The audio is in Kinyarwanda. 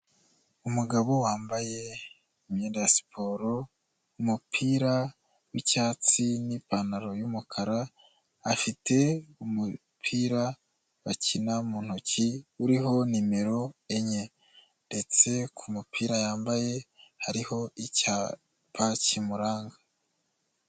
Umugabo wambaye imyenda ya siporo, umupira w'icyatsi n'ipantaro y'umukara, afite umupira bakina mu ntoki uriho nimero enye ndetse ku mupira yambaye hariho icyapa kimuranga.